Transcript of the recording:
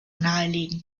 nahelegen